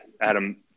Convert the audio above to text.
Adam